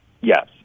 Yes